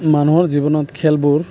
মানুহৰ জীৱনত খেলবোৰ